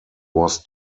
was